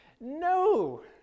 No